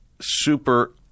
super